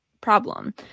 problem